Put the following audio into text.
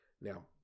Now